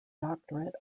doctorate